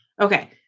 okay